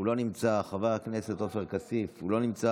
הוא לא נמצא, חבר הכנסת עופר כסיף, הוא לא נמצא.